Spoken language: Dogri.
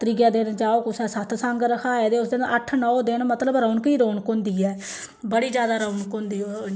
त्रिये दिन जाओ कुसै सतसंग रखाए दे उस दिन अट्ठ नौ दिन मतलब रौनक ही रौनक होंदी ऐ बड़ी जादा रौनक होंदी इ'यां